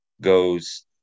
goes